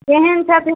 केहन सब